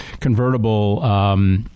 convertible –